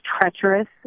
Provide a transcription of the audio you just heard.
treacherous